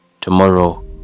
tomorrow